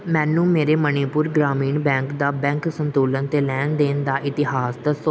ਮੈਨੂੰ ਮੇਰੇ ਮਨੀਪੁਰ ਗ੍ਰਾਮੀਣ ਬੈਂਕ ਦਾ ਬੈਂਕ ਸੰਤੁਲਨ ਅਤੇ ਲੈਣ ਦੇਣ ਦਾ ਇਤਿਹਾਸ ਦੱਸੋ